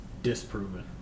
Disproven